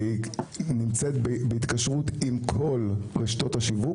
והיא נמצאת בהתקשרות עם כל רשתות השיווק